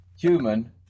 human